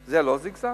זה לא זיגזג?